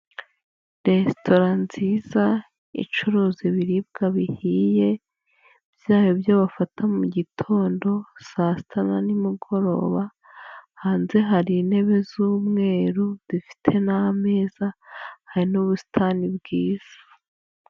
Resitora nziza icuruza ibiribwa bihiye, byaba ibyo bafata mu gitondo, saa sita na nimugoroba, hanze hari intebe z'umweru zifite n'ameza, hari n'ubusitani bwiza.